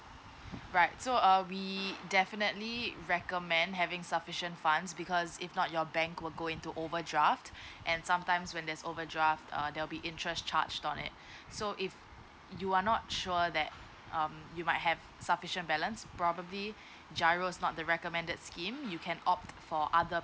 right so uh we definitely recommend having sufficient funds because if not your bank will go into overdraft and sometimes when there's overdraft uh there'll be interest charge on it so if you are not sure that um you might have sufficient balance probably GIRO's not the recommended scheme you can opt for other